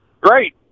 great